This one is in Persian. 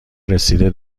رسیده